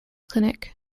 clinic